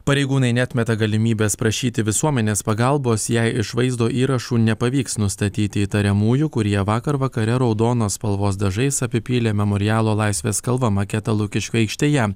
pareigūnai neatmeta galimybės prašyti visuomenės pagalbos jei iš vaizdo įrašų nepavyks nustatyti įtariamųjų kurie vakar vakare raudonos spalvos dažais apipylė memorialo laisvės kalva maketą lukiškių aikštėje